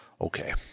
okay